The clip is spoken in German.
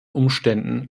umständen